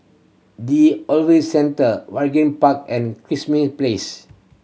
the Centre Waringin Park and Krismi Place